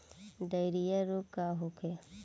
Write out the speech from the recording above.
Diarrhoea रोग का होखे?